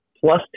plus